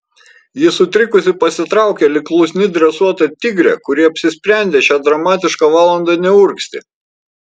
ji sutrikusi pasitraukė lyg klusni dresuota tigrė kuri apsisprendė šią dramatišką valandą neurgzti